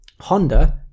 Honda